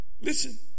Listen